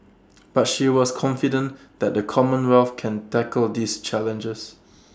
but she was confident that the commonwealth can tackle these challenges